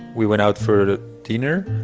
we went out for dinner.